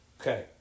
Okay